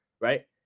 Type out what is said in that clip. right